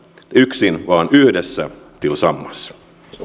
yksin vaan yhdessä tillsammans